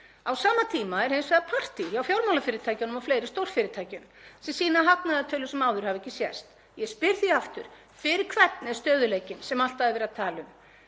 Á sama tíma er hins vegar partí hjá fjármálafyrirtækjunum og fleiri stórfyrirtækjum sem sýna hagnaðartölur sem áður hafa ekki sést. Ég spyr því aftur: Fyrir hvern er stöðugleikinn sem alltaf er verið að tala um?